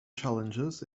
challenges